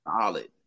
Solid